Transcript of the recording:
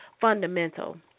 fundamental